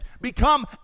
become